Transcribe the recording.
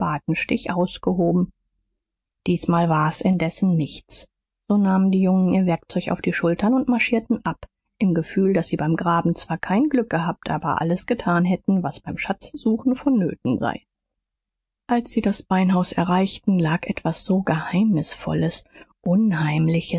spatenstich ausgehoben diesmal war's indessen nichts so nahmen die jungen ihr werkzeug auf die schultern und marschierten ab im gefühl daß sie beim graben zwar kein glück gehabt aber alles getan hätten was beim schatzsuchen vonnöten sei als sie das beinhaus erreichten lag etwas so geheimnisvolles unheimliches